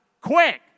Quick